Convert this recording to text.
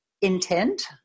intent